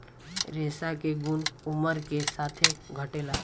रेशा के गुन उमर के साथे घटेला